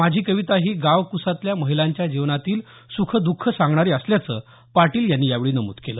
माझी कविता ही गाव कुसातल्या महिलांच्या जीवनातील सुख द्ःख सांगणारी असल्याचं पाटील यांनी नमूद केलं